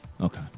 Okay